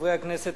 חברי הכנסת,